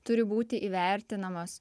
turi būti įvertinamas